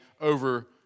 over